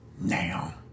now